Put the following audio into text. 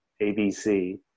ABC